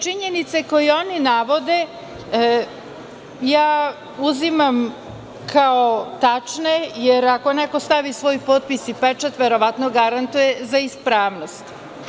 Činjenice koje oni navode, uzimam kao tačne, jer ako neko stavi svoj potpis i pečat, verovatno garantuje za ispravnost.